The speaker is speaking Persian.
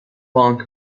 بانک